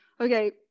okay